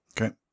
Okay